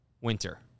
winter